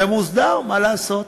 זה מוסדר, מה לעשות.